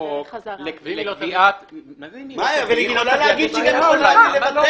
--- היא יכולה להגיד גם שהיא רוצה לבטל.